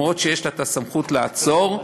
אפילו שיש לה סמכות לעצור,